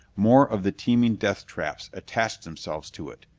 more of the teeming deathtraps attached themselves to it,